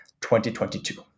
2022